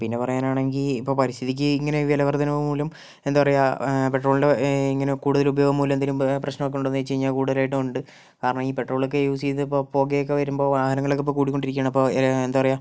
പിന്നെ പറയാനാണെങ്കിൽ ഇപ്പോൾ പരിസ്ഥിതിക്ക് ഇങ്ങനെ വിലവർധനവുമൂലം എന്താ പറയുക പെട്രോളിൻ്റെ ഇങ്ങനെ കൂടുതൽ ഉപയോഗം മൂലം എന്തെങ്കിലും പ്രശ്നമൊക്കെ ഉണ്ടോ എന്ന് ചോദിച്ച് കഴിഞ്ഞാൽ കൂടുതലായിട്ടും ഉണ്ട് കാരണം ഈ പെട്രോൾ ഒക്കെ യൂസ് ചെയ്ത് ഇപ്പോൾ പുകയൊക്കെ വരുമ്പോൾ വാഹനങ്ങളൊക്കെ ഇപ്പോൾ കൂടിക്കൊണ്ട് ഇരിക്കുകയാണ് അപ്പോൾ എന്താ പറയുക